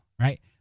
right